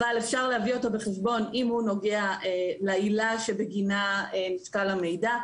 אבל אפשר להביא אותו בחשבון אם הוא נוגע לעילה שבגינה נשקל המידע.